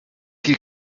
viel